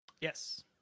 Yes